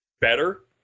better